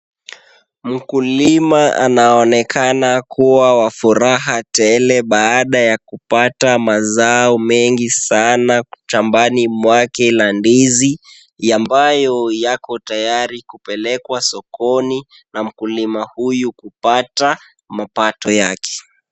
Mkulima anaonekana kuwa wa furaha tele, baada ya kupata mazao mengi sana shambani mwake la ndizi, ambayo yako tayari kupelekwa sokoni na mkulima huyu kupata mapato yake.